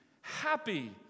happy